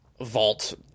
vault